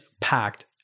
packed